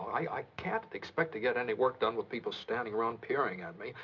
i can't expect to get any work done with people standing around peering at me.